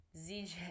ZJ